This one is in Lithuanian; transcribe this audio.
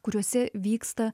kuriuose vyksta